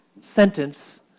sentence